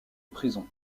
prison